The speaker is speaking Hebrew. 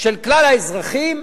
של כלל האזרחים?